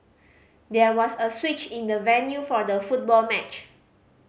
there was a switch in the venue for the football match